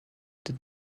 did